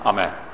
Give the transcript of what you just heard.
Amen